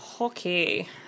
Okay